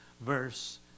verse